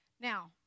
Now